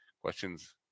questions